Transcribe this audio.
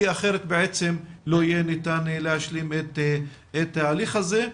כי אחרת לא ניתן יהיה להשלים את ההליך הזה.